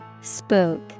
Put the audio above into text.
Spook